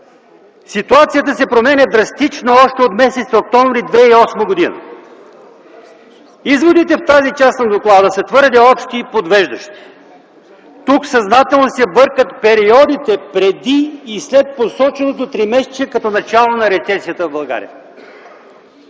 „Ситуацията се променя драстично още от м. октомври 2008 г.”. Изводите в тази част на доклада са твърде общи и подвеждащи. Тук съзнателно се бъркат периодите преди и след посоченото тримесечие като начало на рецесията в България.